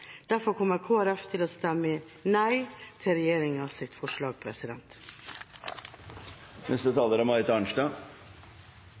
Derfor kommer Kristelig Folkeparti til å stemme nei til regjeringas forslag.